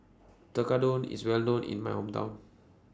Tekkadon IS Well known in My Hometown